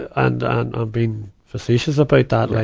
and and i'm being facetious about that. like,